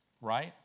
Right